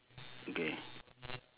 okay